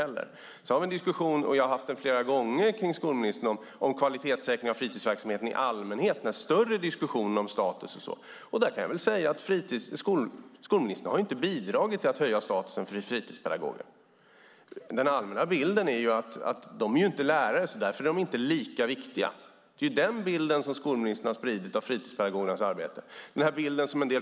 Jag har flera gånger haft en diskussion med skolministern om kvalitetssäkring av fritidsverksamheten i allmänhet och en större diskussion om status och så vidare. Skolministern har inte bidragit till att höja statusen för fritidspedagoger. Den allmänna bilden är: De är inte lärare, och därför är de inte lika viktiga. Det är den bild som skolministern har spridit om fritidspedagogernas arbete.